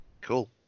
cool